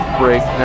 break